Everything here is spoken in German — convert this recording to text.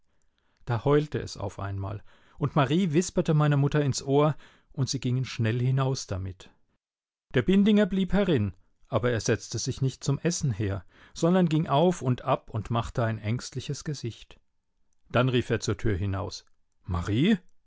da heulte es auf einmal und marie wisperte meiner mutter ins ohr und sie gingen schnell hinaus damit der bindinger blieb herin aber er setzte sich nicht zum essen her sondern ging auf und ab und machte ein ängstliches gesicht dann rief er zur tür hinaus marie